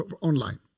online